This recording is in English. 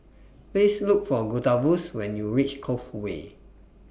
Please Look For Gustavus when YOU REACH Cove Way